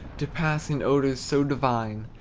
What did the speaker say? to pass in odors so divine,